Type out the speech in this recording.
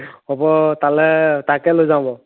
হ'ব তালৈ তাকে লৈ যাও বাৰু